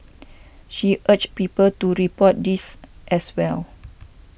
she urged people to report these as well